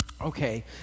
Okay